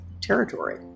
Territory